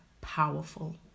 powerful